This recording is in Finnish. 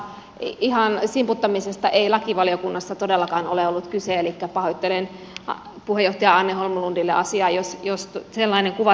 ihan simputtamisesta ei lakivaliokunnassa todellakaan ole ollut kyse elikkä pahoittelen puheenjohtaja anne holmlundille asiaa jos sellainen kuva tästä nyt tuli